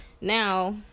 now